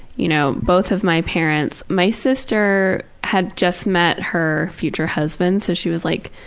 you know, both of my parents my sister had just met her future husband so she was like,